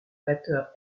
batteur